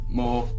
more